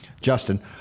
justin